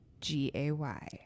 G-A-Y